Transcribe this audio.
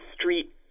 street